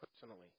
personally